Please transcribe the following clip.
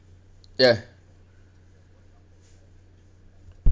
ya